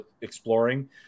exploring